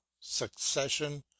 succession